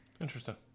Interesting